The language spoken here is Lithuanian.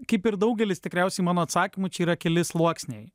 kaip ir daugelis tikriausiai mano atsakymų čia yra keli sluoksniai